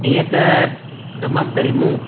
ईअं त तमामु पहिरियों मूं